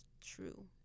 true